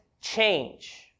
change